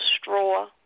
straw